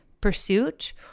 pursuit